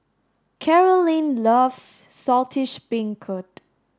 Carolynn loves Saltish Beancurd